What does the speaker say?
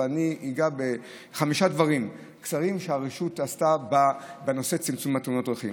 ואני אגע בחמישה דברים קצרים שהרשות עשתה בנושא צמצום תאונות הדרכים.